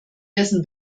dessen